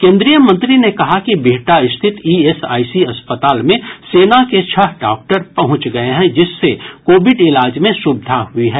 केंद्रीय मंत्री ने कहा कि बिहटा स्थित ईएसआईसी अस्पताल में सेना के छह डॉक्टर पहुँच गए हैं जिससे कोविड इलाज में सुविधा हुई है